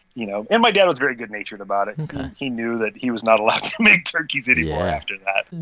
you know? and my dad was very good-natured about it ok and he knew that he was not allowed to make turkeys anymore after that